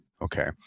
Okay